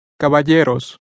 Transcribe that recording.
Caballeros